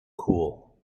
cool